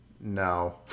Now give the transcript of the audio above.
No